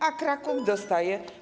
A Kraków dostaje.